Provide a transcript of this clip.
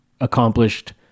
accomplished